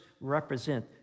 represent